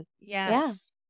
Yes